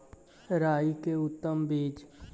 राई के उतम बिज?